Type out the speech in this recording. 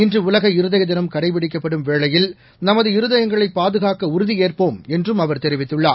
இன்று உலக இருதய தினம் கடைப்பிடிக்கப்படும் வேளையில் நமது இருதயங்களைப் பாதுகாக்க உறுதியேற்போம் என்றும் அவர் தெரிவித்துள்ளார்